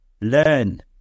Learn